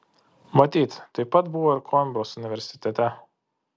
matyt taip pat buvo ir koimbros universitete